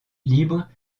libre